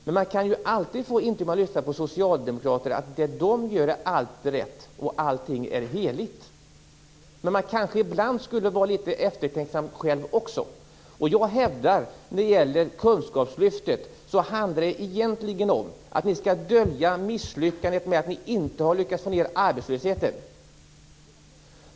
När man lyssnar på socialdemokrater får man alltid intrycket att det som socialdemokraterna gör alltid är rätt och heligt. Ibland skulle nog också socialdemokraterna själva vara eftertänksamma. Jag hävdar att kunskapslyftet egentligen handlar om att ni skall dölja att ni misslyckats med att få ned arbetslösheten.